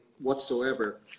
whatsoever